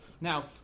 now